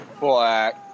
black